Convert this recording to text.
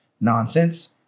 nonsense